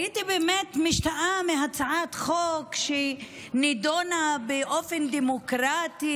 הייתי באמת משתאה מהצעת חוק שנדונה באופן דמוקרטי,